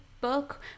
book